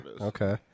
Okay